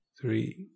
three